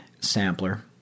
sampler